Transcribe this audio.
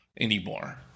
anymore